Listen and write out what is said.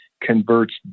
converts